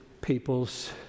peoples